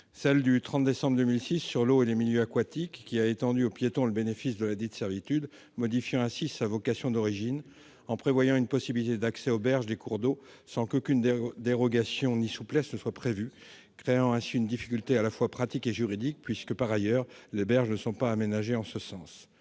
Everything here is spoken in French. loi du 30 décembre 2006 sur l'eau et les milieux aquatiques a tout d'abord étendu aux piétons le bénéfice de ladite servitude, avec pour effet de modifier sa vocation d'origine en prévoyant une possibilité d'accès aux berges des cours d'eau assortie d'aucune dérogation ni souplesse, créant ainsi une difficulté à la fois pratique et juridique, puisque les berges ne sont pas aménagées en ce sens.